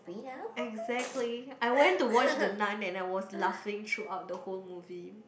exactly I went to watch the-Nun and I was laughing throughout the whole movie